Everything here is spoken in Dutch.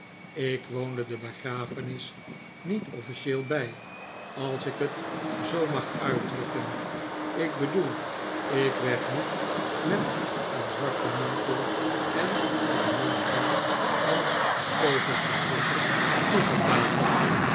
ik woonde de begrafenis niet officieel bij als ik het zoo mag uitdrukken ik bedoel ik werd niet met een zwarten mantel en een lamf er als een vogelverschrikker